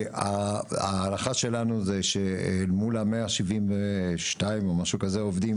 ההערכה שלנו היא שאל מול 172 העובדים